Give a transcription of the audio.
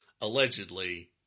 Allegedly